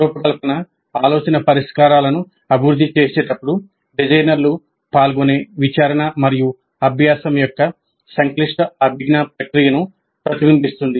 రూపకల్పన ఆలోచన పరిష్కారాలను అభివృద్ధి చేసేటప్పుడు డిజైనర్లు పాల్గొనే విచారణ మరియు అభ్యాసం యొక్క సంక్లిష్ట అభిజ్ఞా ప్రక్రియను ప్రతిబింబిస్తుంది